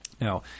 Now